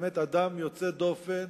באמת אדם יוצא דופן,